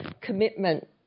commitment